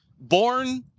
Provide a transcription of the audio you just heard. Born